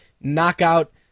knockout